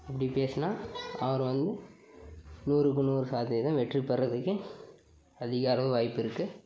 அப்படி பேசுனா அவர் வந்து நூறுக்கு நூறு சாத்தியத்தில் வெற்றி பெறதுக்கு அதிக அளவு வாய்ப்பிருக்கு